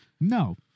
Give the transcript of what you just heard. no